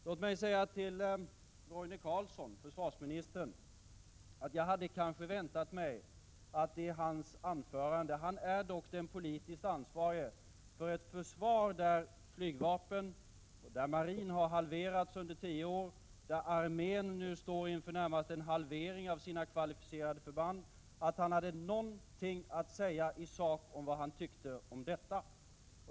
Låt mig sedan till Roine Carlsson, försvarsministern — som dock är den politiskt ansvarige för ett försvar där flygvapnet och marinen har halverats under tio år och där armén står inför närmast en halvering av sina kvalificerade förband — säga att jag hade väntat mig att han i sitt anförande skulle säga något i sak om vad han tycker om detta.